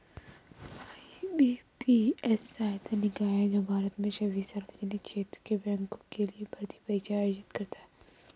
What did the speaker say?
IBPS स्वायत्त निकाय है जो भारत में सभी सार्वजनिक क्षेत्र के बैंकों के लिए भर्ती परीक्षा आयोजित करता है